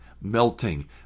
melting